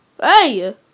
Hey